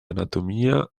anatomia